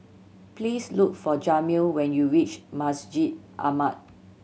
please look for Jamil when you reach Masjid Ahmad